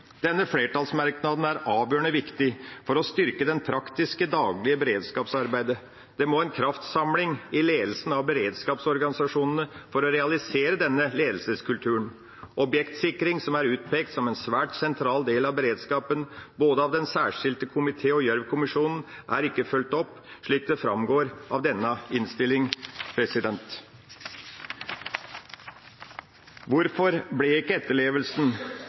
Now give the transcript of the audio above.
Denne flertallsmerknaden er avgjørende viktig for å styrke det praktiske daglige beredskapsarbeidet. Det må en kraftsamling til i ledelsen av beredskapsorganisasjonene for å realisere denne ledelseskulturen. Objektsikring, som er utpekt som en svært sentral del av beredskapen, av både Den særskilte komité og Gjørv-kommisjonen, er ikke fulgt opp, slik det framgår av denne innstilling. Hvorfor ble ikke etterlevelsen